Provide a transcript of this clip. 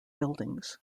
buildings